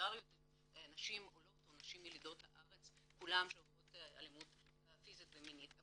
בסולידריות עם נשים עולות או ילידות הארץ שעוברות אלימות פיסית או מינית.